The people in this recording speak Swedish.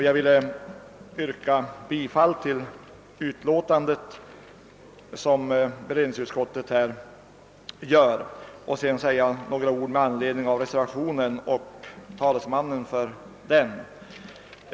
Jag vill yrka bifall till utskottets hemställan och dessutom säga några ord med anledning av reservationen och av vad dess talesman yttrat.